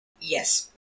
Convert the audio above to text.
Yes